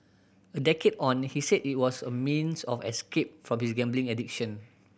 a decade on he said it was a means of escape from his gambling addiction